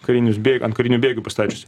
karinius bėg ant karinių bėgių pastačiusi